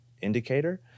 indicator